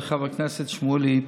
חבר הכנסת שמולי,